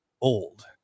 old